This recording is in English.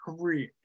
career